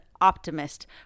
optimist